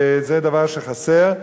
וזה דבר שחסר.